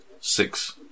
six